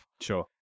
Sure